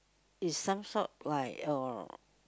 is some sort like uh